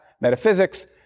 metaphysics